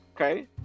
okay